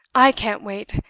i can't wait!